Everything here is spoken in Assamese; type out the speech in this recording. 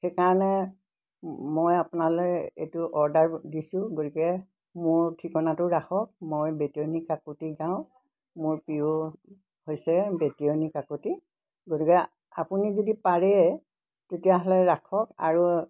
সেইকাৰণে মই আপোনালৈ এইটো অৰ্ডাৰ দিছোঁ গতিকে মোৰ ঠিকনাটো ৰাখক মই বেটিয়নী কাকতি গাঁও মোৰ প্ৰিয় হৈছে বেটিয়নী কাকতি গতিকে আপুনি যদি পাৰে তেতিয়াহ'লে ৰাখক আৰু